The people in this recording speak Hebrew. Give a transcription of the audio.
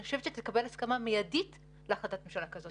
אני חושבת שתקבל הסכמה מידית להחלטת ממשלה כזאת.